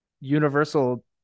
universal